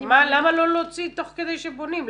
למה לא להוציא תוך כדי שבונים?